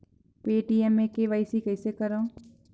Paytm मे KYC कइसे करव?